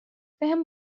بهم